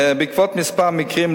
בעקבות כמה מקרים,